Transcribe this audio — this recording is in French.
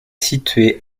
située